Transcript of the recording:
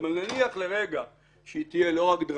אבל נניח לרגע שהיא תהיה לא רק דרמטית,